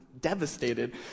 devastated